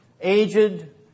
aged